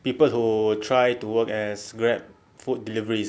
people who try to work as grab food deliveries eh